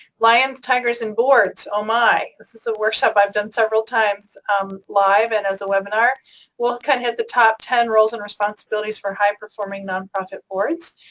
lions, tigers, and boards. oh my this is a workshop i've done several times live and as a webinar. we will kinda hit the top ten roles and responsibilities for high-performing nonprofit boards,